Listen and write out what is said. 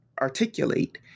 articulate